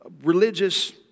religious